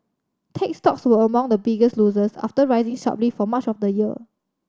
tech stocks were among the biggest losers after rising sharply for much of the year